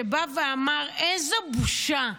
שבא ואמר: איזו בושה.